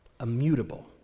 immutable